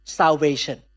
salvation